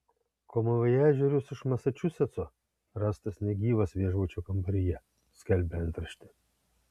komivojažierius iš masačusetso rastas negyvas viešbučio kambaryje skelbė antraštė